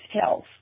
health